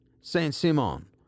Saint-Simon